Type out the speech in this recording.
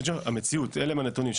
המציאות אלו הנתונים,